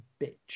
bitch